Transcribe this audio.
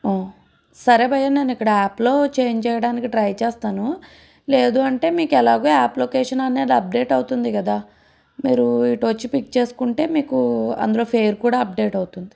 సరే భయ్యా నేను ఇక్కడ యాప్లో చేంజ్ చేయడానికి ట్రై చేస్తాను లేదు అంటే మీకు ఎలాగో యాప్ లొకేషన్ అనేది అప్డేట్ అవుతుంది కదా మీరు ఇటు వచ్చి పిక్ చేసుకుంటే మీకూ అందులో ఫేర్ కూడా అప్డేట్ అవుతుంది